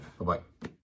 Bye-bye